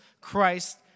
Christ